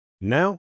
Now